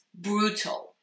brutal